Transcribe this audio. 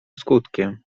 skutkiem